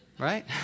Right